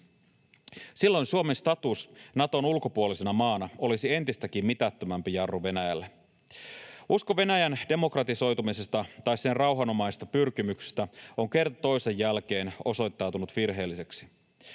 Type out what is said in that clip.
Silloin Suomen status Naton ulkopuolisena maana olisi entistäkin mitättömämpi jarru Venäjälle. Usko Venäjän demokratisoitumisesta tai sen rauhanomaisista pyrkimyksistä on kerta toisensa jälkeen osoittautunut virheelliseksi.